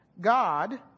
God